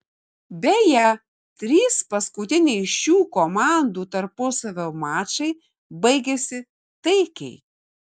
beje trys paskutiniai šių komandų tarpusavio mačai baigėsi taikiai